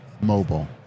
mobile